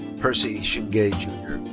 percy chingay jr.